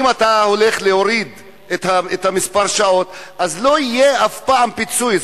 אם אתה הולך להוריד את מספר השעות אז לא יהיה אף פעם פיצוי.